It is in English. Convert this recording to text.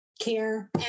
care